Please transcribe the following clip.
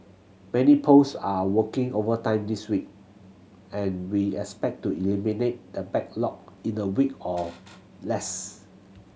many posts are working overtime this week and we expect to eliminate the backlog in a week or less